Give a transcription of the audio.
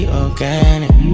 organic